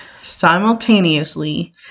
simultaneously